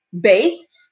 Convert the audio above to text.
base